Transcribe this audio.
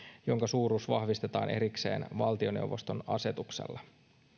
jonka suuruus vahvistetaan erikseen valtioneuvoston asetuksella